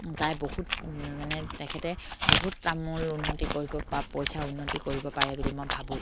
তাই বহুত মানে তেখেতে বহুত তামোল উন্নতি কৰিব প পইচা উন্নতি কৰিব পাৰে বুলি মই ভাবোঁ